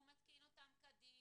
הוא מתקין אותן כדין,